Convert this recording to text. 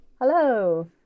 Hello